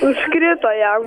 užkrito jam